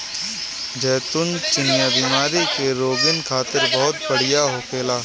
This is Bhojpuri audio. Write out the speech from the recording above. जैतून चिनिया बीमारी के रोगीन खातिर बहुते बढ़िया होखेला